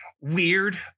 weird